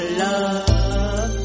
love